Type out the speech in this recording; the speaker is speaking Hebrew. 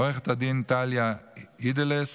עו"ד טליה אידלס.